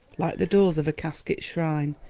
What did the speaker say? like the doors of a casket shrine,